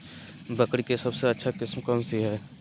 बकरी के सबसे अच्छा किस्म कौन सी है?